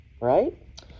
right